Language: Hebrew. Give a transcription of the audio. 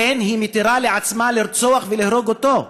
לכן היא מתירה לעצמה לרצוח ולהרוג אותו.